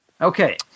okay